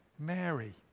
Mary